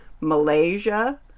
Malaysia